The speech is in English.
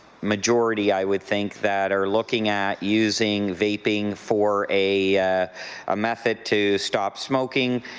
majority i would think that are looking at using vaping for a method to stop smoking